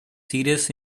serious